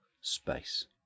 space